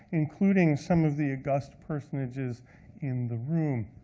including some of the august personages in the room.